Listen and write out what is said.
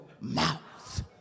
mouth